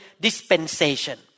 dispensation